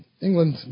England